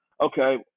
okay